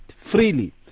freely